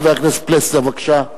חבר הכנסת פלסנר, בבקשה.